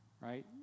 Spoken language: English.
right